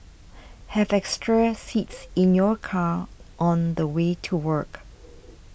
have extra seats in your car on the way to work